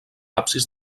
absis